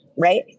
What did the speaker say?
Right